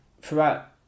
throughout